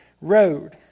road